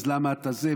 אז למה אתה זה,